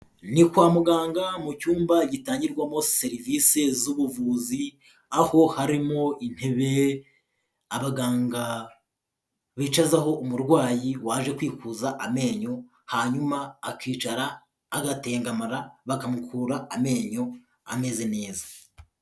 Ni kwa muganga mu cyumba gitangirwamo serivisi z'ubuvuzi, aho harimo intebe abaganga bicazaho umurwayi waje kwikuza amenyo, hanyuma akicara agatengamara bakamukura amenyo ameze neza.